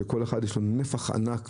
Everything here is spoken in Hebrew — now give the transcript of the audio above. שכל אחד יש לו נפח ענק,